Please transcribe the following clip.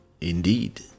Indeed